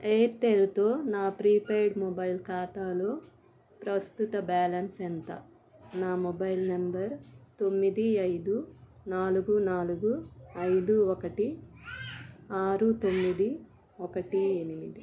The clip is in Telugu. ఎయిర్టెల్తో నా ప్రీపెయిడ్ మొబైల్ ఖాతాలో ప్రస్తుత బ్యాలెన్స్ ఎంత నా మొబైల్ నంబర్ తొమ్మిది ఐదు నాలుగు నాలుగు ఐదు ఒకటి ఆరు తొమ్మిది ఒకటి ఎనిమిది